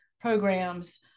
programs